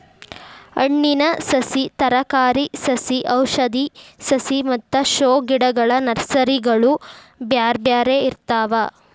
ಹಣ್ಣಿನ ಸಸಿ, ತರಕಾರಿ ಸಸಿ ಔಷಧಿ ಸಸಿ ಮತ್ತ ಶೋ ಗಿಡಗಳ ನರ್ಸರಿಗಳು ಬ್ಯಾರ್ಬ್ಯಾರೇ ಇರ್ತಾವ